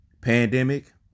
Pandemic